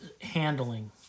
handling